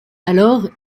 alors